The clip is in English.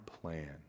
plan